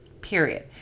period